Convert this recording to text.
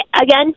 again